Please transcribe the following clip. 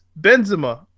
Benzema